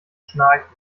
schnarchen